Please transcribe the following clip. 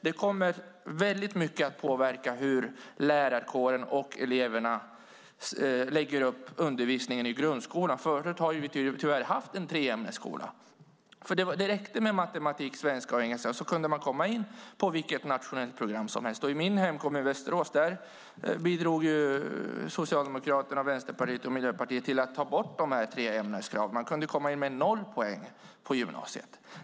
Detta kommer i mycket att påverka hur lärarkåren och eleverna lägger upp undervisningen i grundskolan. Förut hade vi tyvärr en treämnesskola, för det räckte med matematik, svenska och engelska för att komma in på vilket nationellt program som helst. I min hemkommun Västerås bidrog Socialdemokraterna, Vänsterpartiet och Miljöpartiet till att ta bort dessa tre ämneskrav, så att man kunde komma in på gymnasiet med 0 poäng.